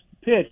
pitch